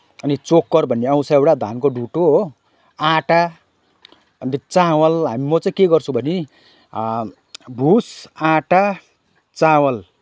अनि चोकर भन्ने आउँछ एउटा धानको ढुट्टो हो आँटा अन्त चामल म चाहिँ के गर्छु भने भुस आँटा चामल